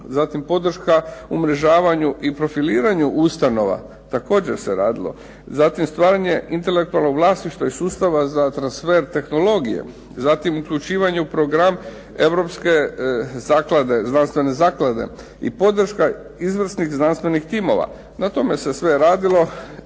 zatim podrška umrežavanju i profiliranja ustanova, također se radilo, zatim stvaranje intelektualnog vlasništva i sustava za transfer tehnologije, zatim uključivanje u program Europske znanstvene zaklade i podrška znanstvenih timova. Na tome se sve radilo